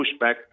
pushback